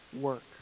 work